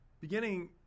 Beginning